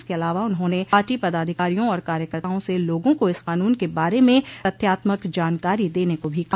इसके अलावा उन्होंने पार्टी पदाधिकारियों और कार्यकर्ताओं से लोगों को इस कानून के बारे में तथ्यात्मक जानकारी देने को भी कहा